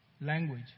Language